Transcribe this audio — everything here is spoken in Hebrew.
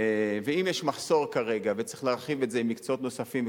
אם יש מחסור כרגע וצריך להרחיב את זה למקצועות נוספים,